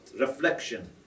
Reflection